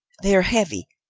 they are heavy,